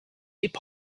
hip